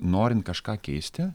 norint kažką keisti